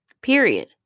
Period